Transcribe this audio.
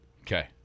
Okay